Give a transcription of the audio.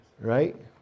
Right